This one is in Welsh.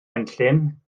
enllyn